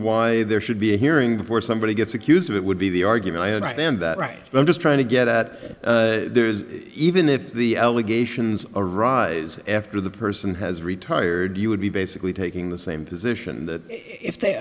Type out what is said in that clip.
why there should be a hearing before somebody gets accused of it would be the argument i understand that right now i'm just trying to get at there is even if the allegations arise after the person has retired you would be basically taking the same position that if they